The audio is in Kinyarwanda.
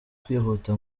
kwihuta